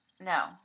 No